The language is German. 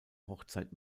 hochzeit